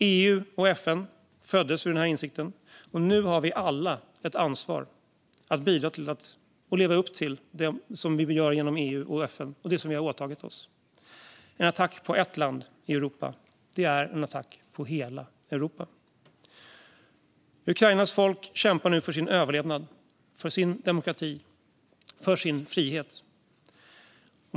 EU och FN föddes ur denna insikt, och nu har vi alla ett ansvar för att bidra och leva upp till det som vi vill göra inom EU och FN och det som vi har åtagit oss. En attack på ett land i Europa är en attack på hela Europa. Ukrainas folk kämpar nu för sin överlevnad, sin demokrati och sin frihet.